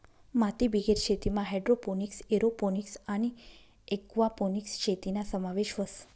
मातीबिगेर शेतीमा hydroponics, aeroponics आणि एक्वापोनिक्स शेतीना समावेश व्हस